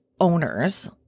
Owners